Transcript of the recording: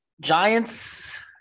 Giants